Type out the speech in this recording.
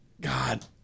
God